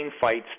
fights